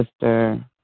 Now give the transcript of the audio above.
sister